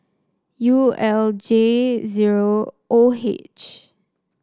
U L J zero O H